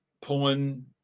pulling